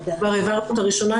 כבר העברנו את הראשונה,